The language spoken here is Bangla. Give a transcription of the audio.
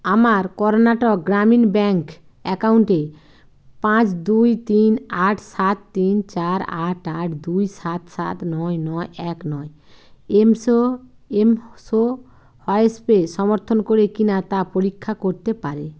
আমার কর্ণাটক গ্রামীণ ব্যাঙ্ক অ্যাকাউন্টে পাঁচ দুই তিন আট সাত তিন চার আট আট দুই সাত সাত নয় নয় এক নয় এমস এমসোয়াইপে সমর্থন করে কি না তা পরীক্ষা করতে পারেন